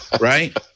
Right